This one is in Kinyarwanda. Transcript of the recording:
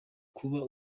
kubaha